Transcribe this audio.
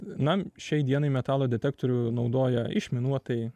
na šiai dienai metalo detektorių naudoja išminuotojai